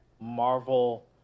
Marvel